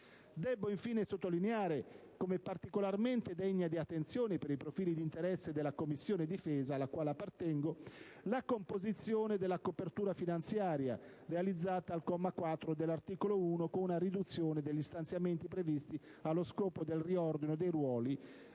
Debbo infine sottolineare, come particolarmente degna di attenzione per i profili di interesse della Commissione difesa, alla quale appartengo, la composizione della copertura finanziaria, realizzata al comma 4 dell'articolo 1 con una riduzione degli stanziamenti previsti allo scopo del riordino dei ruoli